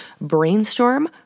Brainstorm